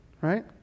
Right